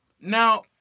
Now